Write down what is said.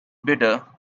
better